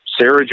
Sarah